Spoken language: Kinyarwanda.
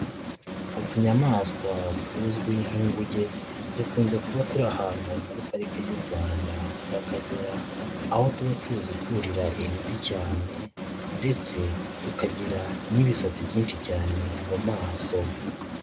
Utunyamaswa tuzwi nk'inguge, dukunze kuba turi ahantu muri parike y'u Rwanda y'Akagera, aho tuba tuzi kurira ibiti cyane ndetse tukagira n'ibisatsi byinshi cyane mu maso.